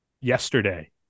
yesterday